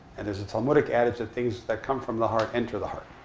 and there's a talmudic adage that things that come from the heart enter the heart.